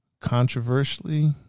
controversially